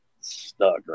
stuck